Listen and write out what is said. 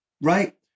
right